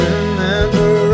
Remember